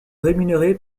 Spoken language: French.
rémunéré